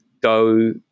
go